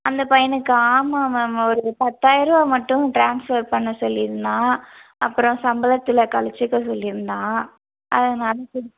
அந்த பையனுக்காக ஆமாம் மேம் ஒரு பத்தாயிர்ரூவா மட்டும் ட்ரான்ஸ்பர் பண்ண சொல்லிருந்தான் அப்புறம் சம்பளத்தில் கழிச்சிக்க சொல்லிருந்தான் அதனால் கொடுத்